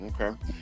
okay